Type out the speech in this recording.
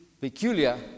peculiar